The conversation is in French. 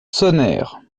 sonnèrent